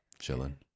Chilling